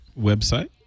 website